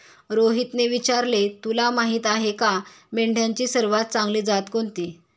रोहितने विचारले, तुला माहीत आहे का मेंढ्यांची सर्वात चांगली जात कोणती?